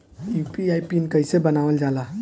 UPI pin कइसे बनावल जाला?